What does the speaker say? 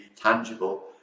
tangible